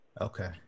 okay